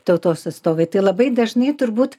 tautos atstovai tai labai dažnai turbūt